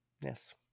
yes